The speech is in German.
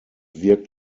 wirkt